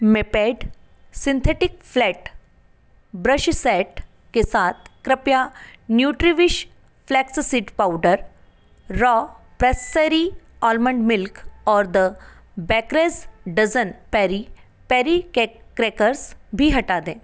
Maped synthetic flat brush set के साथ कृपया NutriWish flax seed powder raw Pressery almond milk और the Baker's Dozen peri peri crackers भी हटा दें